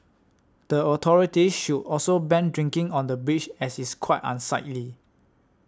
the authorities should also ban drinking on the bridge as it's quite unsightly